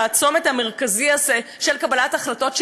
לצומת המרכזי הזה של קבלת החלטות,